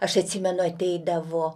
aš atsimenu ateidavo